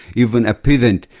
even a peasant,